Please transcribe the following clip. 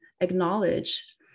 acknowledge